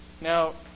Now